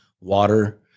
water